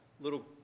little